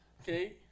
okay